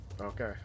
Okay